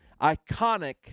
iconic